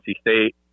State